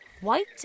white